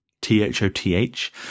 T-H-O-T-H